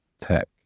Tech